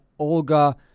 Olga